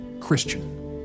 Christian